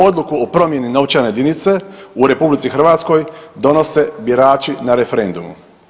Odluku o promjeni novčane jedinice u RH donose birači na referendumu.